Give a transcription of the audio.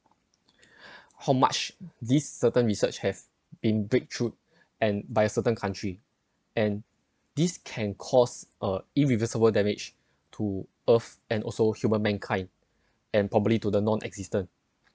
how much these certain research have been breakthroughs and by a certain country and this can cause uh irreversible damage to earth and also human mankind and probably to the non-existent